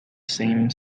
same